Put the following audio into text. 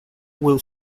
will